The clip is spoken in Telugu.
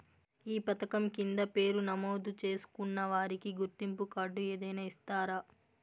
ఈ పథకం కింద పేరు నమోదు చేసుకున్న వారికి గుర్తింపు కార్డు ఏదైనా ఇస్తారా?